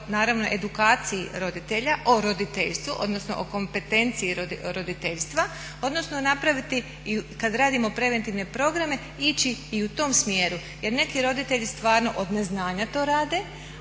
naravno edukaciji roditelja, o roditeljstvu odnosno o kompetenciji roditeljstva odnosno napraviti i kada radimo preventivne programe ići i u tom smjeru. Jer neki roditelji stvarno od neznanja to rade